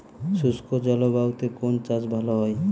শুষ্ক জলবায়ুতে কোন চাষ ভালো হয়?